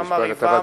האם המרעיבה,